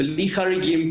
בלי חריגים.